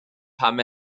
pam